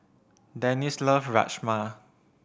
Dennis loves Rajma